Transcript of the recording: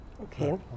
Okay